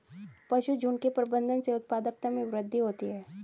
पशुझुण्ड के प्रबंधन से उत्पादकता में वृद्धि होती है